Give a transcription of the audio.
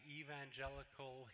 evangelical